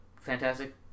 Fantastic